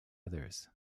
others